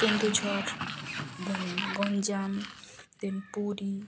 Keonjhar Ganjam Puri